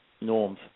norms